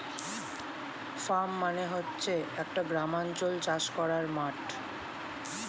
farm মানে হচ্ছে একটা গ্রামাঞ্চলে চাষ করার মাঠ